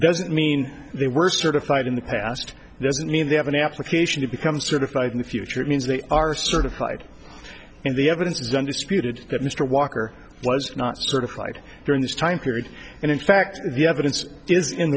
doesn't mean they were certified in the past doesn't mean they have an application to become certified in the future it means they are certified and the evidence is done disputed that mr walker was not certified during this time period and in fact the evidence is in